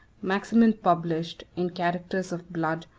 maximin published, in characters of blood,